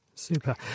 Super